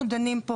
אנחנו דנים פה,